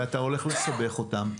ואתה הולך לסבך אותם.